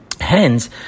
Hence